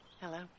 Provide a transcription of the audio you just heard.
Hello